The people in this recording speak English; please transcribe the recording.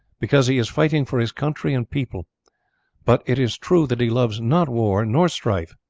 because he is fighting for his country and people but it is true that he loves not war nor strife.